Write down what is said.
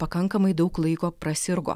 pakankamai daug laiko prasirgo